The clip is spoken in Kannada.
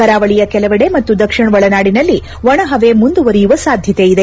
ಕರಾವಳಿಯ ಕೆಲವೆಡೆ ಮತ್ತು ದಕ್ಷಿಣ ಒಳನಾಡಿನಲ್ಲಿ ಒಣ ಹವೆ ಮುಂದುವರೆಯುವ ಸಾಧ್ಯತೆ ಇದೆ